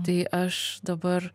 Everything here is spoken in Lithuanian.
tai aš dabar